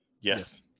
Yes